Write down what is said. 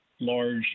large